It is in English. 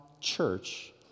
church